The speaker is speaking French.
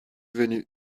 venu